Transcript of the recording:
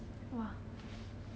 !wah!